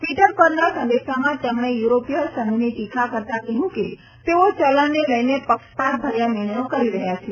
Twitter પરના સંદેશામાં તેમણે યુરોપીય સંઘની ટીકા કરતાં કહ્યું કે તેઓ ચલજ઼ને લઇને પક્ષપાત ભર્યા નિર્ણયો કરી રહ્યા છે